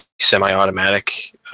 semi-automatic